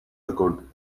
account